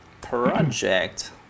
project